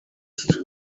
ist